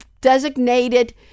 designated